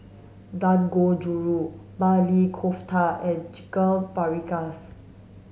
Dangojiru Maili Kofta and Chicken Paprikas